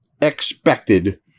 expected